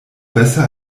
besser